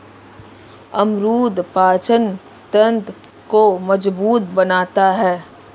अमरूद पाचन तंत्र को मजबूत बनाता है